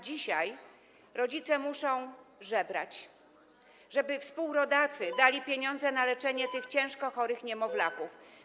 Dzisiaj rodzice muszą żebrać, żeby współrodacy dali pieniądze na leczenie tych ciężko chorych niemowlaków.